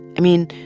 i mean,